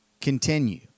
continue